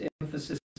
emphasis